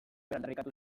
aldarrikatu